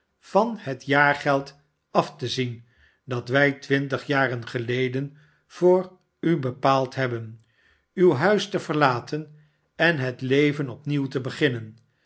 van het jaargeld af te zien dat wij twintig jaren geleden voor u bepaald hebben uw huis te verlaten en het leven opnieuw te beginnen